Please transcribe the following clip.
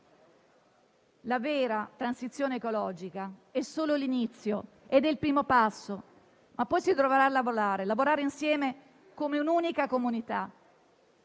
La vera transizione ecologica è solo l'inizio e il primo passo, ma poi si dovrà lavorare insieme come un'unica comunità